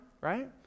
right